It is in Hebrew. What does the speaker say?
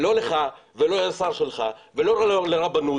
ולא לך ולא לשר שלך ולא לרבנות,